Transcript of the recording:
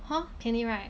好便宜 right